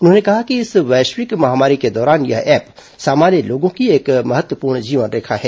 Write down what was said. उन्होंने कहा कि इस वैश्विक महामारी के दौरान यह ऐप सामान्य लोगों की एक महत्वपूर्ण जीवन रेखा है